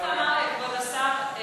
כבוד השר,